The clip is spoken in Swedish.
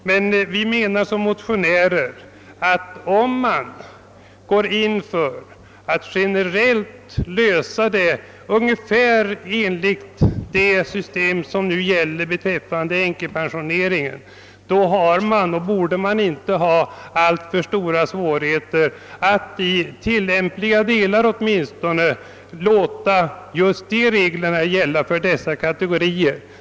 Men vi motionärer menar att det inte borde vara alltför stora svårigheter att i tillämpliga delar införa en generell lösning för denna kategori ungefär i linje med det system som nu gäller beträffande änkepensioneringen.